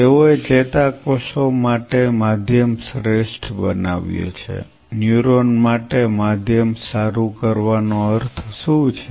તેઓએ ચેતાકોષો માટે માધ્યમ શ્રેષ્ઠ બનાવ્યું છે ન્યુરોન માટે માધ્યમ સારું કરવાનો અર્થ શું છે